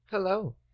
Hello